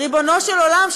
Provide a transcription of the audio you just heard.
ריבונו של עולם,